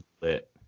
lit